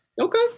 okay